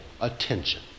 attention